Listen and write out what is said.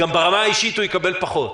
גם ברמה האישית הוא יקבל פחות.